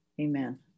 amen